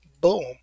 boom